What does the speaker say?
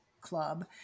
club